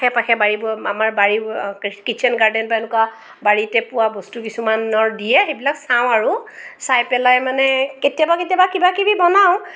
আশে পাশে বাৰীবোৰ আমাৰ বাৰীবোৰ কিচেন গাৰ্ডেন বা এনেকুৱা বাৰীতে পোৱা বস্তু কিছুমানৰ দিয়ে সেইবিলাক চাওঁ আৰু চাই পেলাই মানে কেতিয়াবা কেতিয়াবা কিবাকিবি বনাওঁ